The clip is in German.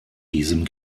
diesem